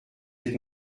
êtes